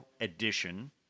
Edition